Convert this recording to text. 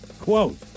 Quote